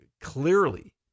clearly